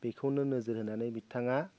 बेखौनो नोजोर होनानै बिथाङा